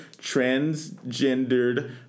transgendered